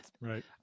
Right